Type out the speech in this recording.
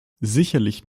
sicherlich